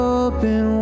open